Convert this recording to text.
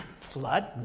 Flood